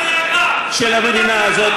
של המדינה הזאת,